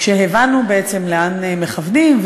כשהבנו לאן מכוונים,